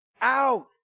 Out